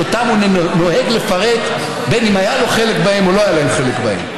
שאותם הוא נוהג לפרט בין שהיה לו חלק בהם או לא היה לו חלק בהם.